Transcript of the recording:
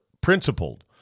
principled